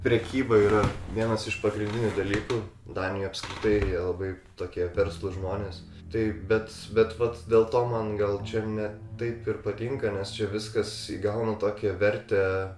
prekyba yra vienas iš pagrindinių dalykų danijoj apskritai labai tokie verslūs žmonės tai bet bet vat dėl to man gal čia ne taip ir patinka nes čia viskas įgauna tokią vertę